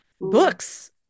Books